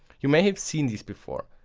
you may have seen these before.